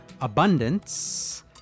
abundance